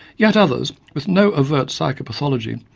yet others, with no overt psychopathology,